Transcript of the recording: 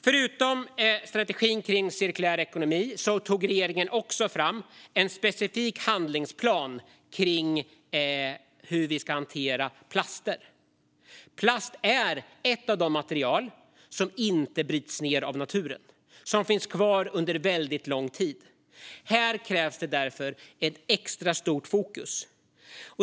Förutom strategin för cirkulär ekonomi tog den förra regeringen fram en specifik handlingsplan för hur vi ska hantera plaster. Plast är ett av de material som inte bryts ned av naturen. Plast finns kvar under väldigt lång tid. Här krävs det därför ett extra starkt fokus.